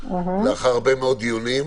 לאחר הרבה מאוד דיונים.